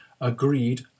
agreed